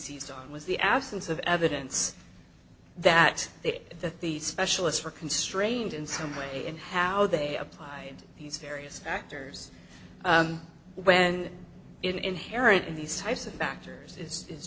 seized on was the absence of evidence that they that the specialists were constrained in some way in how they applied these various factors when inherent in these types of factors is is